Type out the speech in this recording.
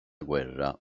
guerra